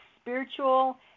spiritual